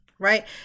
Right